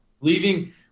Leaving